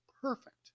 perfect